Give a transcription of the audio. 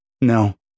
No